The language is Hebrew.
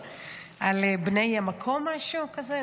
-- ישלחו אליך קיצור, על בני המקום, משהו כזה?